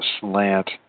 slant